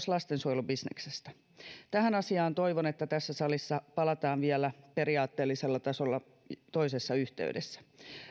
lastensuojelubisneksestä toivon että tähän asiaan palataan vielä periaatteellisella tasolla toisessa yhteydessä